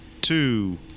two